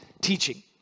teaching